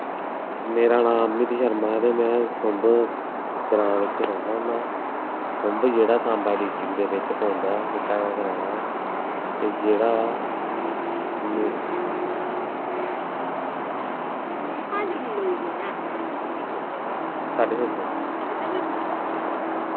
मेरा नांऽ अमित शर्मा ते में सुंब ग्रांऽ बिच्च रौह्न्ना होन्ना सुंब जेह्का सांबा डिस्ट्रिक्ट बिच्च पौंदा निक्का जेहा ग्रांऽ ऐ ते जेह्ड़ा साढ़े छे सौ